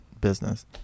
business